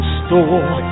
store